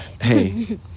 hey